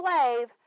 slave